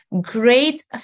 great